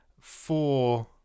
four